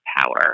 power